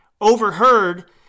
overheard